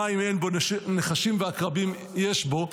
מים אין בו, נחשים ועקרבים יש בו.